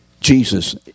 Jesus